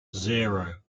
zero